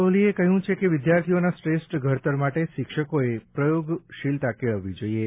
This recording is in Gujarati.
કોહલીએ કહ્યું છે કે વિદ્યાર્થીઓના શ્રેષ્ઠ ઘડતર માટે શિક્ષકોએ પ્રયોગશીલતા કેળવવી જોઈએ